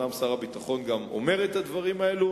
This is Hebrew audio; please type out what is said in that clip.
שר הביטחון אומנם גם אומר את הדברים האלה,